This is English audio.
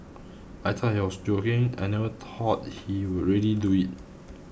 I thought he was joking I never thought he will really do it